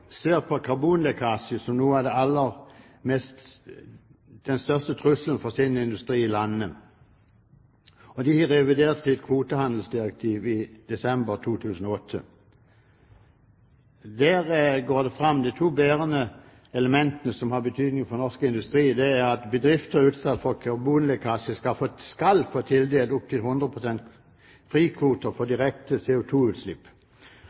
ser på karbonlekkasje som den største trusselen for sin industri i landene, og de reviderte sitt kvotehandelsdirektiv i desember 2008. Der går det fram at de to bærende elementene som har betydning for norsk industri, er at bedrifter utsatt for karbonlekkasje skal få tildelt opp til 100 pst. frikvoter for